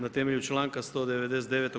Na temelju članka 199.